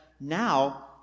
now